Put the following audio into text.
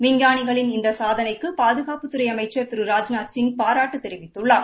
விஞ்ஞானிகளின் இந்த சாதனைக்கு பாதுகாப்புத்துறை அமைச்சா் திரு ராஜ்நாத்சிங் பாராட்டுத் தெரிவித்துள்ளார்